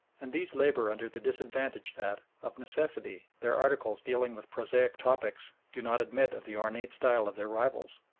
and these labour under the disadvantage that, of necessity, their articles dealing with prosaic topics do not admit of the ornate style of their rivals.